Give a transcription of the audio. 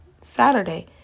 Saturday